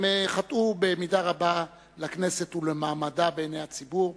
הם חטאו במידה רבה לכנסת ולמעמדה בעיני הציבור.